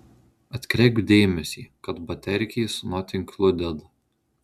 atkreipk dėmesį kad baterkės not inkluded